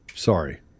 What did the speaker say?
Sorry